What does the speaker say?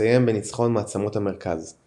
ותסתיים בניצחון מעצמות המרכז,